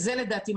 לדעתי,